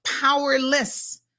powerless